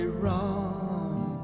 wrong